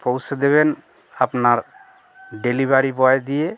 পৌঁছে দেবেন আপনার ডেলিভারি বয় দিয়ে